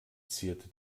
zierte